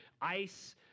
ice